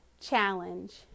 challenge